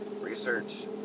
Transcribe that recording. research